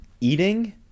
eating